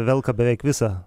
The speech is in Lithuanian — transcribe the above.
velka beveik visą